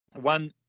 One